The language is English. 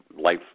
life